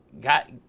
got